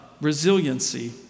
resiliency